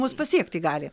mus pasiekti gali